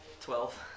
Twelve